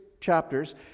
chapters